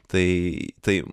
tai taip